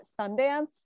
Sundance